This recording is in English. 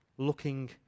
looking